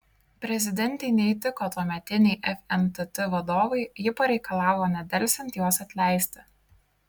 prezidentei neįtiko tuometiniai fntt vadovai ji pareikalavo nedelsiant juos atleisti